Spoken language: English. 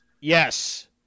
Yes